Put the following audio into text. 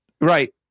Right